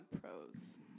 Pros